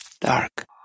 dark